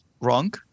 wrong